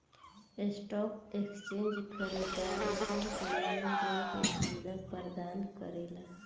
stock exchange खरीदारसन के लेन देन के सुबिधा परदान करेला